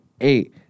eight